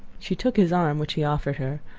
she took his arm, which he offered her,